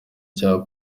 cya